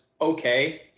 Okay